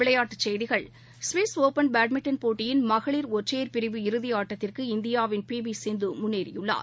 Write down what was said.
விளையாட்டுச்செய்திகள் Swiss open badminton போட்டியின் மகளிர் ஒற்றையர் பிரிவு இறுதியாட்டத்திற்கு இந்தியாவின் பிவிசிந்துமுன்னேறியுள்ளார்